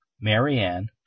Marianne